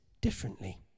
differently